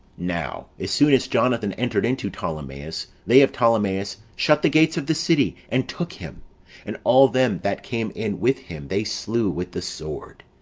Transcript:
now as soon as jonathan entered into ptolemais, they of ptolemais shut the gates of the city, and took him and all them that came in with him they slew with the sword.